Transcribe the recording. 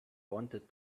wanted